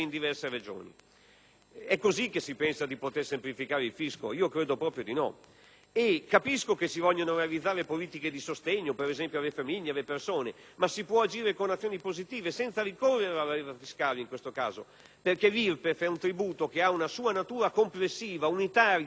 È così che si pensa di poter semplificare il fisco? Credo proprio di no. Capisco poi che si vogliano realizzare politiche di sostegno, per esempio, alle famiglie ed alle persone, ma si può agire con azioni positive senza ricorrere alla leva fiscale in questo caso, perché l'IRPEF è un tributo che ha una sua natura complessiva unitaria, progressiva.